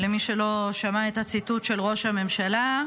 למי שלא שמע את הציטוט של ראש הממשלה,